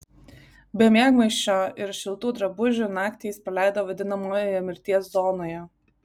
be miegmaišio ir šiltų drabužių naktį jis praleido vadinamojoje mirties zonoje